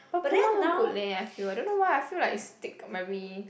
but Puma not good leh I feel I don't know why I feel like it stick very